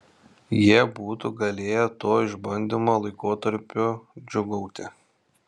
jie būtų galėję tuo išbandymo laikotarpiu džiūgauti